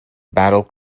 battle